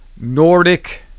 Nordic